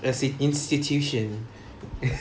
as in institution